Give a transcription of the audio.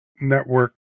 network